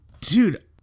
Dude